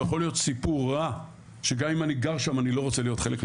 יכול להיות סיפור רע שגם אם אני גר שם אני לא רוצה להיות חלק ממנו.